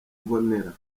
mbonera